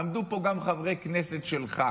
עמדו פה גם חברי כנסת שלך,